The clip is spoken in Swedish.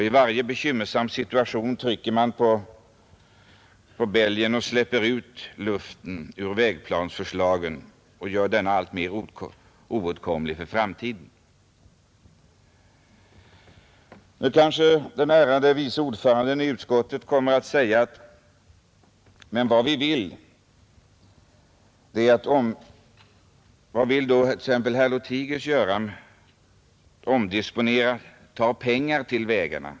I varje bekymmersam situation trycker man på bälgen och släpper ut luften ur vägplansförslaget — och gör därmed målet alltmer oåtkomligt för framtiden. Kanske utskottets ärade vice ordförande nu säger emot mig: Vad vill då herr Lothigius göra, hur vill han omdisponera planen, var vill han ta pengar till vägarna?